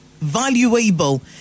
Valuable